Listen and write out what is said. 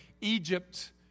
Egypt